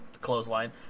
clothesline